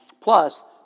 plus